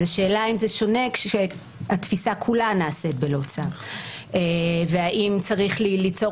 אז השאלה האם זה שונה כשהתפיסה כולה נעשית בלא צו והאם צריך ליצור